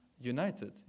united